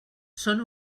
són